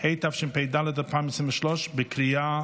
התשפ"ג 2023, התקבלה.